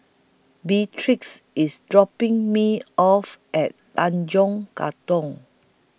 Beatrix IS dropping Me off At Tanjong Katong